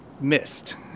missed